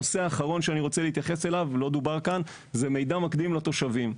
נושא אחרון שאני רוצה להתייחס אליו ולא דובר כאן זה מידע מקדים לתושבים.